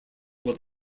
will